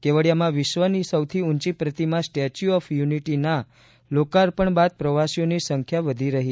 કેવડિયામાં વિશ્વની સૌથી ઊંચી પ્રતિમા સ્ટેચ્યુ ઓફ યુનિટીના લોકાર્પણ બાદ પ્રવાસીઓની સંખ્યા વધી રહી છે